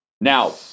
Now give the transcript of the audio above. Now